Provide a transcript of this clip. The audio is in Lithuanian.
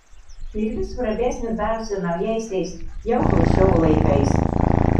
ir vis svarbesnis darosi naujaisiais jau chruščiovo laikais